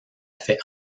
fait